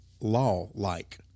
law-like